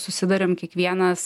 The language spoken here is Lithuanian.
susiduriam kiekvienas